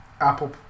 Apple